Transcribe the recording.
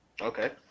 Okay